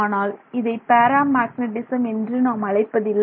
ஆனால் இதை paramagnetism என்று நாம் அழைப்பதில்லை